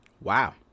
Wow